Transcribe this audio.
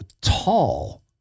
tall